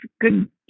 good